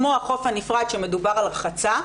כמו החוף הנפרד שמדובר על רחצה,